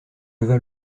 leva